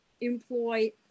employ